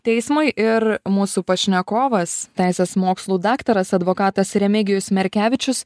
teismui ir mūsų pašnekovas teisės mokslų daktaras advokatas remigijus merkevičius